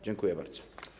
Dziękuję bardzo.